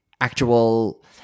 actual